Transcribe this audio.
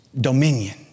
dominion